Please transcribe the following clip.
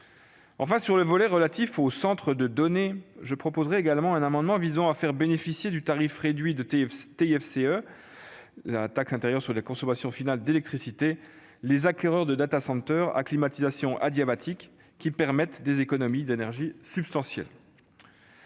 Sur le volet relatif aux centres de données, je proposerai également un amendement visant à faire bénéficier du tarif réduit de taxe intérieure sur la consommation finale d'électricité (TICFE) les acquéreurs de à climatisation adiabatique qui permettent des économies d'énergie substantielles.